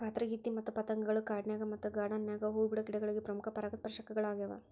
ಪಾತರಗಿತ್ತಿ ಮತ್ತ ಪತಂಗಗಳು ಕಾಡಿನ್ಯಾಗ ಮತ್ತ ಗಾರ್ಡಾನ್ ನ್ಯಾಗ ಹೂ ಬಿಡೋ ಗಿಡಗಳಿಗೆ ಪ್ರಮುಖ ಪರಾಗಸ್ಪರ್ಶಕಗಳ್ಯಾವ